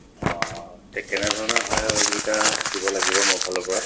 অঁ তে কেনেধৰণৰ সহায় সহযোগিতা দিব লাগিব মোৰ ফালৰ পৰা